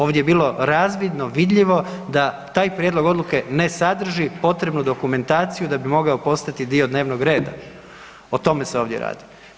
Ovdje je bilo razvidno vidljivo da taj prijedlog odluke ne sadrži potrebnu dokumentaciju da bi mogao postati dio dnevnog reda, o tome se ovdje radi.